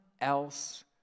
else